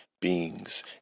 beings